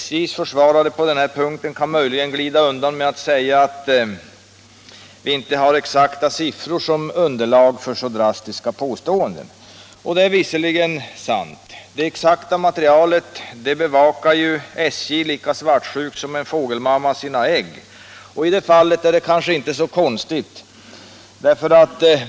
SJ:s försvarare på den här punkten kan möjligen glida undan med att säga att vi inte har exakta siffror som underlag för så drastiska påståenden. Det är visserligen sant. Det exakta materialet bevakar ju SJ lika svartsjukt som en fågelmamma sina ägg. I det här fallet är det kanske inte så konstigt.